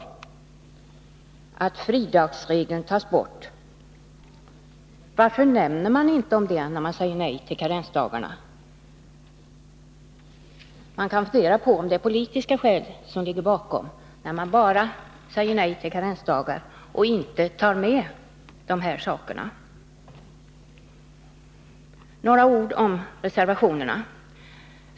Fridagsregeln tas bort. Varför nämner man inte detta, när man säger nej till karensdagar? Man kan fråga om det är politiska skäl som ligger bakom, när socialdemokraterna säger nej till karensdagar utan att ta med dessa saker när man går ut och talar om propositionens förslag. Så några ord om reservationerna.